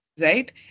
right